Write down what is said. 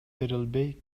берилбей